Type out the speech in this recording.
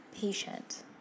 patient